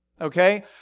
Okay